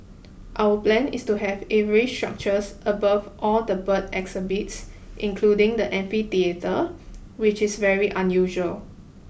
our plan is to have aviary structures above all the bird exhibits including the amphitheatre which is very unusual